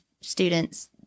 students